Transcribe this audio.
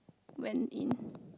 went in